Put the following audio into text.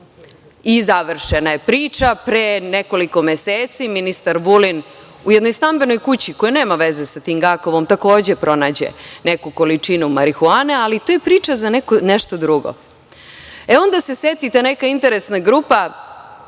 završila. Završena je priča pre nekoliko meseci. Ministar Vulin u jednoj stambenoj kući, koja nema veze sa tim Gakovom, takođe pronađe neku količinu marihuane, ali to je priča za nešto drugo.E onda se seti ta neka interesna grupa